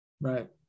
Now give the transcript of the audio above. right